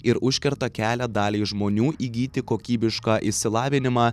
ir užkerta kelią daliai žmonių įgyti kokybišką išsilavinimą